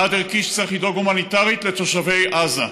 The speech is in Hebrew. חד-ערכי שצריך לדאוג הומניטרית לתושבי עזה,